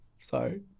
sorry